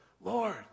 Lord